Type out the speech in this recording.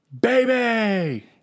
baby